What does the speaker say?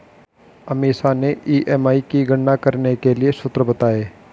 अमीषा ने ई.एम.आई की गणना करने के लिए सूत्र बताए